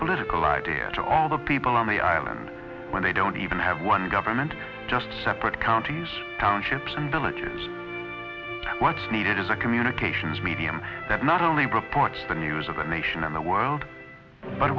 political idea to all the people on the island when they don't even have one government just separate counties townships and villages and what's needed is a communications medium that not only reports the news of the nation and the world but